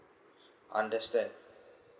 understand